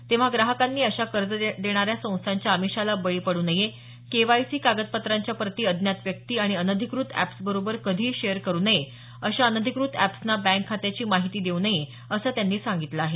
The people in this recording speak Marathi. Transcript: तेव्हा ग्राहकांनी अशा कर्ज देणाऱ्या संस्थांच्या आमिषाला बळी पडू नये केवायसी कागदपत्रांच्या प्रती अज्ञात व्यक्ती आणि अनधिकृत एप्सबरोबर कधीही शेअर करू नयेत अशा अनधिकृत एप्सना बँक खात्याची माहिती देऊ नये असं त्यांनी सांगितलं आहे